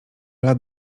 lat